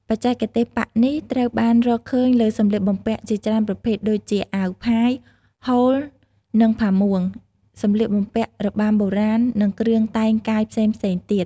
បច្ចេកទេសប៉ាក់នេះត្រូវបានរកឃើញលើសម្លៀកបំពាក់ជាច្រើនប្រភេទដូចជា អាវផាយ ហូល និងផាមួង សំលៀកបំពាក់របាំបុរាណ និងគ្រឿងតែងកាយផ្សេងៗទៀត។